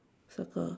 circle